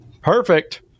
Perfect